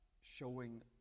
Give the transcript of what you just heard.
showing